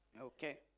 Okay